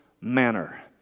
manner